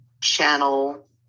channel